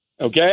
Okay